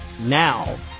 now